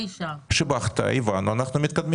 שיבחת, הבנו, אנחנו מתקדמים.